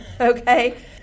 okay